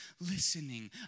listening